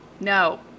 No